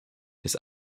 des